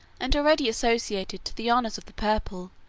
and already associated to the honors of the purple,